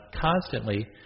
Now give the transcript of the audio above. constantly